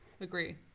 Agree